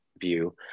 view